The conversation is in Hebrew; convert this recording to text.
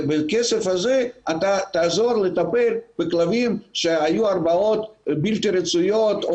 ובכסף הזה אתה תעזור לטפל בכלבים שהיו הרבעות בלתי רצויות,